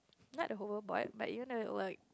not the whole board but you know like